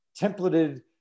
templated